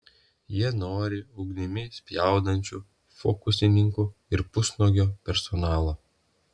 jie nori ugnimi spjaudančių fokusininkų ir pusnuogio personalo